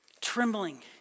Trembling